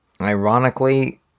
ironically